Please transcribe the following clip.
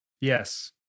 Yes